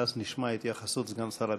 ואז נשמע את התייחסות סגן שר הביטחון.